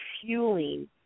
fueling